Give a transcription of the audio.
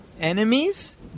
enemies